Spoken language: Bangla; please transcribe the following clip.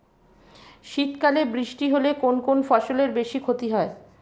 শীত কালে বৃষ্টি হলে কোন কোন ফসলের বেশি ক্ষতি হয়?